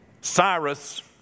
Cyrus